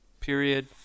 Period